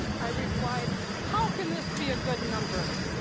i replied how can this be a good number?